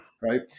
right